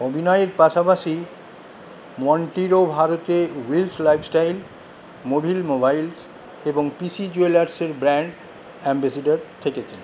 অভিনয়ের পাশাপাশি মন্টিরো ভারতে উইলস লাইফস্টাইল মুভিল মোবাইলস এবং পি সি জুয়েলার্সের ব্র্যান্ড অ্যাম্বাসেডর থেকেছেন